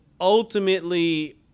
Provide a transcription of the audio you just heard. ultimately